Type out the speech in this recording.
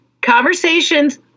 conversations